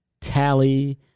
tally